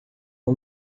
uma